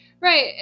Right